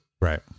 right